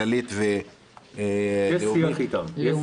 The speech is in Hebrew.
כללית ו --- יש שיח איתן.